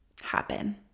happen